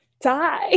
die